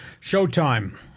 Showtime